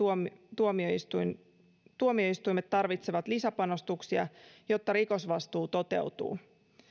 tuomioistuimet tuomioistuimet tarvitsevat lisäpanostuksia jotta rikosvastuu toteutuu